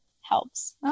helps